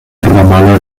ramallah